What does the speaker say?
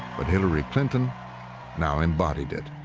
but hillary clinton now embodied it.